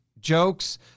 jokes